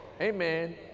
amen